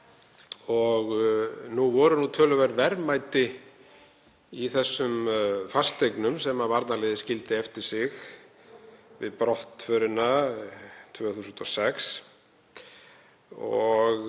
um. Nú voru töluverð verðmæti í þeim fasteignum sem varnarliðið skildi eftir sig við brottförina 2006 og